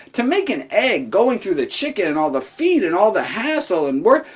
to make an egg going through the chicken and all the feed and all the hassle and work,